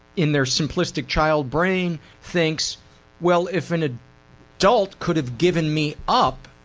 in their simplistic child brain thinks well if an ah adult could have given me up,